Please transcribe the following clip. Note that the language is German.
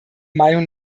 meinung